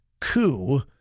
coup